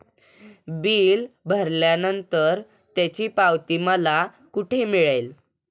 Bill भरल्यानंतर त्याची पावती मला कुठे मिळेल?